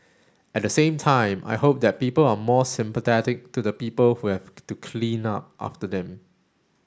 at the same time I hope that people are more sympathetic to the people who have to clean up after them